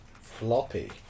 floppy